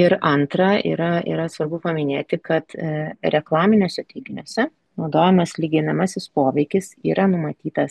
ir antra yra yra svarbu paminėti kad reklaminiuose teiginiuose naudojamas lyginamasis poveikis yra numatytas